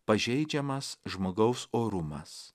pažeidžiamas žmogaus orumas